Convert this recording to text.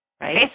Right